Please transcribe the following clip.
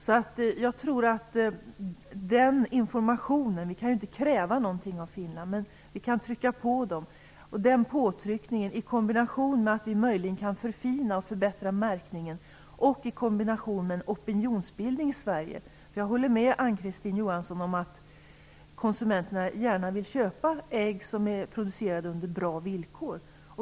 Vi kan inte kräva någonting av Finland, men vi kan trycka på. Den påtryckningen kan ske i kombination med att vi möjligen kan förfina och förbättra märkningen och i kombination med en opinionsbildning i Sverige. Jag håller med Ann-Kristine Johansson om att konsumenterna gärna vill köpa ägg som är producerade under bra villkor.